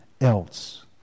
else